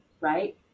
right